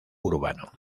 urbano